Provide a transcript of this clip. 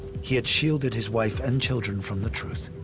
he had shielded his wife and children from the truth.